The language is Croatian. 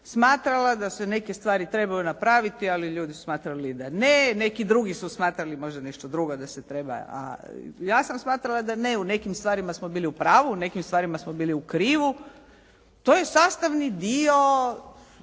da se neke stvari trebaju napraviti, ali ljudi su smatrali da ne. Neki drugi su smatrali možda nešto drugo da se treba, a ja sam smatrala da ne. U nekim stvarima smo bili u pravu, u nekim stvarima smo bili u krivu. To je sastavni dio